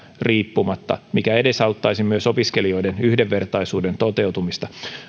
riippumatta mikä edesauttaisi myös opiskelijoiden yhdenvertaisuuden toteutumista